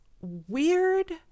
weird